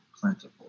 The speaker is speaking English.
plentiful